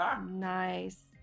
Nice